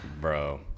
Bro